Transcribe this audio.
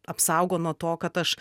apsaugo nuo to kad aš